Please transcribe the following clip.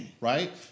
right